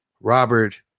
Robert